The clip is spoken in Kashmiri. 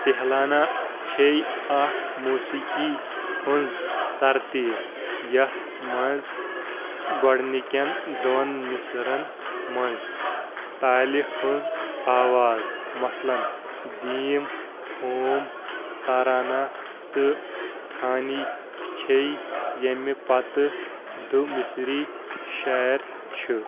تہلانَہ چھے اَکھ موسیٖقی ہٕنٛز تَرتیٖب یَتھ منٛز گۄڈٕنِکٮ۪ن دۄن مِصرَن منٛز تالہِ ہٕنٛز آواز مَثلاً ڈیٖم تھوم تارانَہ تہٕ تھانی چھے ییٚمہِ پَتہٕ دٔ مِصری شعر چھِ